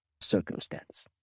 circumstance